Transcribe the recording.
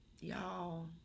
y'all